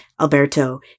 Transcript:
Alberto